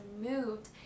moved